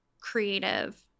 creative